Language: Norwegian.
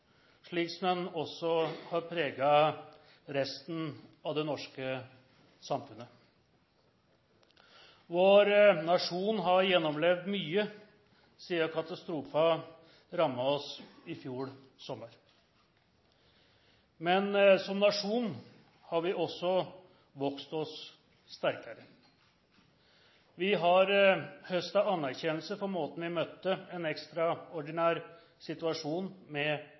slik den også har preget resten av det norske samfunnet. Vår nasjon har gjennomlevd mye siden katastrofen rammet oss i fjor sommer. Men som nasjon har vi også vokst oss sterkere. Vi har høstet anerkjennelse for måten vi møtte en ekstraordinær situasjon på – med